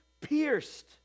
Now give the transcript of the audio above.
pierced